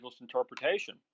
interpretation